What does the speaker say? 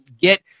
get